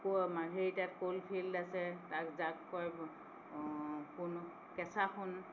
ক'ল মাৰ্ঘেৰিটাত ক'ল ফিল্ড আছে তাক যাক কয় সোণ কেঁচাসোণ